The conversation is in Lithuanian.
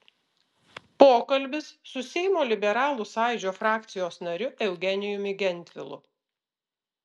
pokalbis su seimo liberalų sąjūdžio frakcijos nariu eugenijumi gentvilu